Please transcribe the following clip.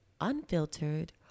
unfiltered